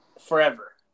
forever